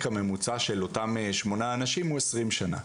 הממוצע של אותם שמונה אנשים הוא 20 שנה.